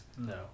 No